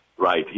Right